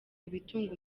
ibitunga